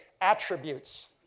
attributes